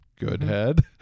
Goodhead